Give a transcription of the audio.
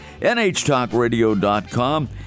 nhtalkradio.com